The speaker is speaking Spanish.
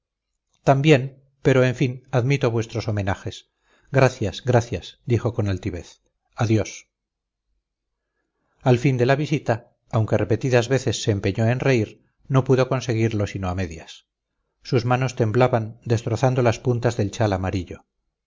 también pero en fin admito vuestros homenajes gracias gracias dijo con altivez adiós al fin de la visita aunque repetidas veces se empeñó en reír no pudo conseguirlo sino a medias sus manos temblaban destrozando las puntas del chal amarillo